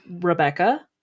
Rebecca